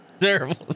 Terrible